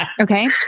Okay